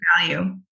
value